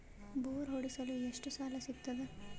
Bore ಹೊಡೆಸಲು ಎಷ್ಟು ಸಾಲ ಸಿಗತದ?